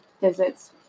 visits